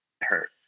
hurt